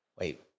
wait